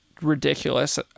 ridiculous